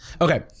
Okay